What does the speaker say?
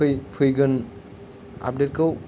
फै फैगोन आपडेटखौ